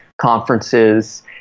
conferences